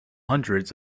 hundreds